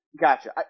Gotcha